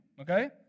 okay